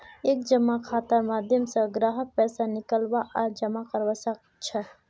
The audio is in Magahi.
एक जमा खातार माध्यम स ग्राहक पैसा निकलवा आर जमा करवा सख छ